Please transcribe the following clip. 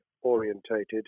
orientated